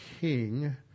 king